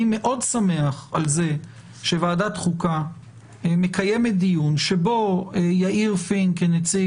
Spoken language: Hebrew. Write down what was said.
אני מאוד שמח על זה שוועדת חוקה מקיימת דיון שבו יאיר פינק מציג